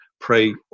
pray